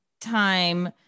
time